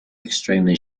extremely